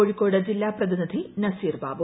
കോഴിക്കോട് ജില്ലാ പ്രതിനിധി നസീർ ബാബു